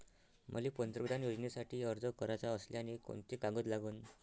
मले पंतप्रधान योजनेसाठी अर्ज कराचा असल्याने कोंते कागद लागन?